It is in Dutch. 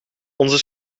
onze